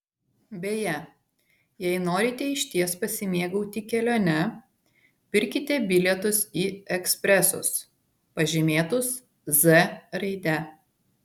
beje jei norite išties pasimėgauti kelione pirkite bilietus į ekspresus pažymėtus z raide